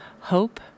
hope